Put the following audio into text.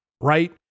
right